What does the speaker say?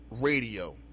radio